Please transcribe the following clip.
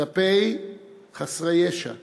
כלפי חסרי ישע.